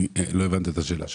לא הבנת את השאלה שלי.